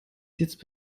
jetzt